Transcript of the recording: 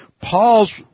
Paul's